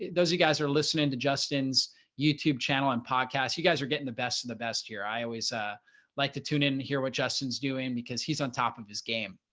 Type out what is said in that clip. those of you guys are listening to justin's youtube channel and podcasts, you guys are getting the best of the best here. i always ah like to tune in and hear what justin's doing because he's on top of his game.